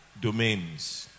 domains